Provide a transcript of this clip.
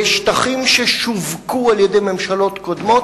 ושטחים ששווקו על-ידי ממשלות קודמות,